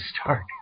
start